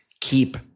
keep